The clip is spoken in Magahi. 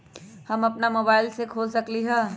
हम अपना मोबाइल से खोल सकली ह?